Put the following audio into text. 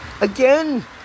again